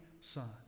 son